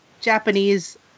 Japanese